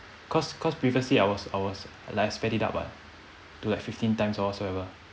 cause cause previously I was I was like I sped it up [what] to like fifteen times or whatsoever